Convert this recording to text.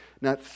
Now